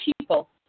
people